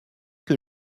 que